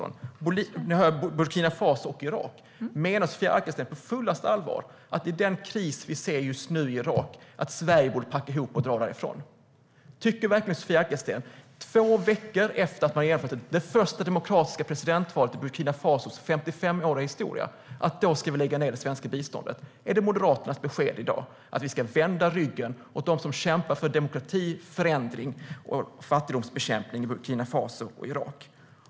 Jag hör Burkina Faso och Irak. Menar Sofia Arkelsten på fullaste allvar att Sverige i den kris vi ser just nu i Irak borde packa ihop och dra därifrån? Tycker verkligen Sofia Arkelsten att två veckor efter att det första demokratiska presidentvalet har genomförts i Burkina Fasos 55-åriga historia ska det svenska biståndet läggas ned? Är det Moderaternas besked i dag att Sverige ska vända ryggen åt dem som kämpar för demokrati och förändring och mot fattigdom i Burkina Faso och Irak?